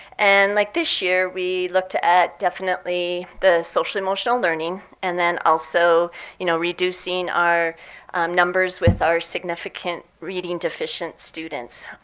and like this year, we looked to at definitely the social-emotional learning, and then also you know reducing our numbers with our significant reading deficient students.